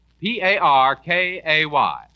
P-A-R-K-A-Y